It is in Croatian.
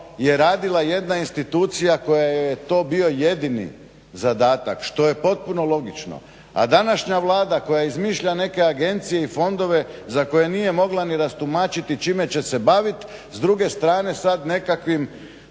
je radila jedna institucija kojoj je to bio jedini zadatak što je potpuno logično. A današnja Vlada koja izmišlja neke agencije i fondove za koje nije mogla ni rastumačiti čime će se bavit, s druge strane sad nekakvim